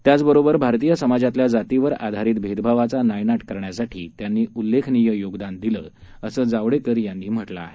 त्याचबरोबर भारतीय समाजातल्या जातीवर आधारित भेदभावाचा नायनाट करण्यासाठी त्यांनी उल्लेखनीय योगदान दिलं असं जावडेकर यांनी म्हटलं आहे